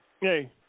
Hey